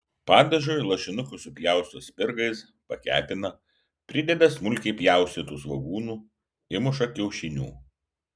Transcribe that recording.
padažui lašinukus supjausto spirgais pakepina prideda smulkiai pjaustytų svogūnų įmuša kiaušinių